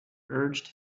urged